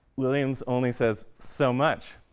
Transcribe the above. williams only says so much,